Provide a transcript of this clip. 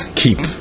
keep